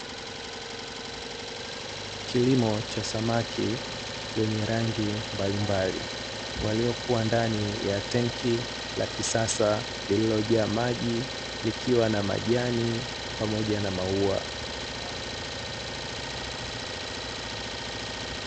Kilimo cha samaki wenye rangi mbalimbali waliokuwa ndani ya tenki la kisasa lilo jaa maji, likiwa na majani pamoja na maua.